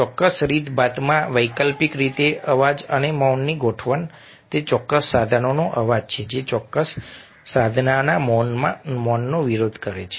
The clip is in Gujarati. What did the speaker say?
ચોક્કસ રીતભાતમાં વૈકલ્પિક રીતે અવાજ અને મૌનની ગોઠવણ તે ચોક્કસ સાધનનો અવાજ છે જે તે ચોક્કસ સાધનના મૌનનો વિરોધ કરે છે